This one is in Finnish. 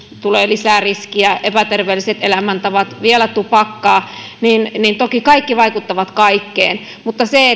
tulee lisää riskiä epäterveelliset elämäntavat vielä tupakka niin niin toki kaikki vaikuttavat kaikkeen mutta se